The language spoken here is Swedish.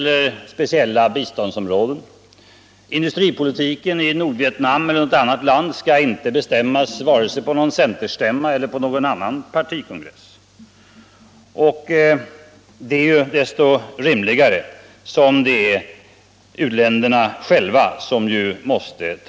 Industripolitiken i Nordvietnam eller i något annat land skall 1. ex. inte bestämmas vare sig på någon centerstämma eller på någon annan partikongress.